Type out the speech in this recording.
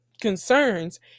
concerns